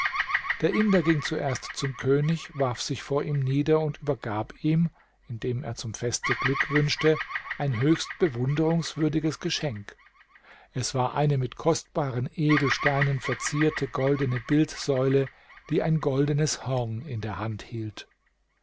der inder ging zuerst zum könig warf sich vor ihm nieder und übergab ihm indem er zum feste glück wünschte ein höchst bewunderungswürdiges geschenk es war eine mit kostbaren edelsteinen verzierte goldene bildsäule die ein goldenes horn in der hand hielt